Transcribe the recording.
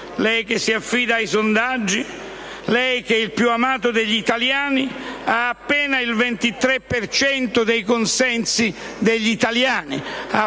lei, che si affida ai sondaggi e che è il più amato dagli italiani, ha appena il 23 per cento dei consensi degli italiani: ha